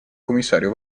commissario